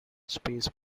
space